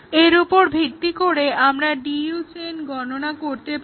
এর উপর ভিত্তি করে আমরা DU চেইন গণনা করতে পারি